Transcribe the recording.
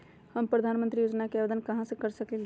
हम प्रधानमंत्री योजना के आवेदन कहा से कर सकेली?